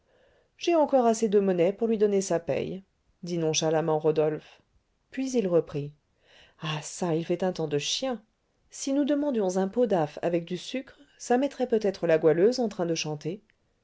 j'ai encore assez de monnaie pour lui donner sa paye dit nonchalamment rodolphe puis il reprit ah çà il fait un temps de chien si nous demandions un pot d'eau d'aff avec du sucre ça mettrait peut-être la goualeuse en train de chanter